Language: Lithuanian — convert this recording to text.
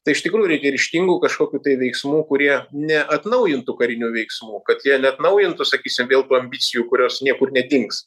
tai iš tikrųjų reikia ryžtingų kažkokių veiksmų kurie neatnaujintų karinių veiksmų kad jie neatnaujintų sakysim vėl tų ambicijų kurios niekur nedings